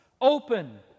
open